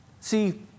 See